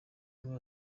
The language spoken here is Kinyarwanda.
nawe